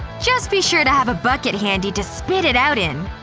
just be sure to have a bucket handy to spit it out in!